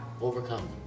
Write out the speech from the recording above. overcome